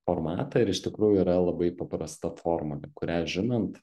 formatą ir iš tikrųjų yra labai paprasta formulė kurią žinant